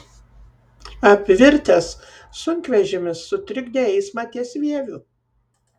apvirtęs sunkvežimis sutrikdė eismą ties vieviu